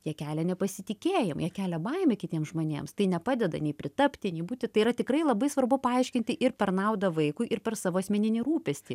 jie kelia nepasitikėjimą jie kelia baimę kitiems žmonėms tai nepadeda nei pritapti nei būti tai yra tikrai labai svarbu paaiškinti ir per naudą vaikui ir per savo asmeninį rūpestį